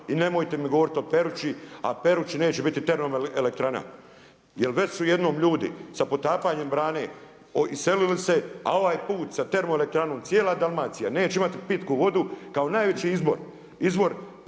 i nemojte mi govoriti o Perući, a Perući neće biti termoelektrana. Jer već su jednom ljudi sa potapanjem brane, iselili se a ovaj put sa termoelektranom cijela Dalmacija neće imati pitku vodu, kao najveći izvor pitke